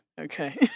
Okay